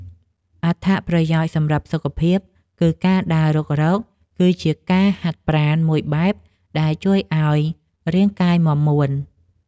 អត្ថប្រយោជន៍សម្រាប់សុខភាពគឺការដើររុករកគឺជាការហាត់ប្រាណមួយបែប ដែលជួយឱ្យរាងកាយមាំមួន។